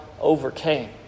overcame